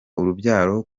urubyaro